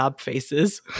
faces